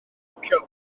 parcio